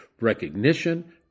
recognition